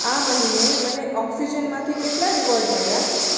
આ મહિને મને ઓક્સિજનમાંથી કેટલા રીવોર્ડ મળ્યા